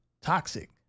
toxic